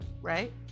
right